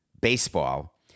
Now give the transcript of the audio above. baseball